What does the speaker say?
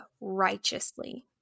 righteously